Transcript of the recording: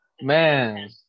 Man